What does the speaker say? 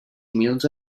humils